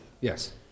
Yes